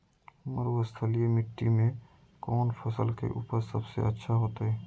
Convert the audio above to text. मरुस्थलीय मिट्टी मैं कौन फसल के उपज सबसे अच्छा होतय?